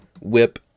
WHIP